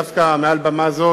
דווקא מעל במה זו,